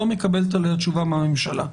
לא מקבלת עליה תשובה מהממשלה.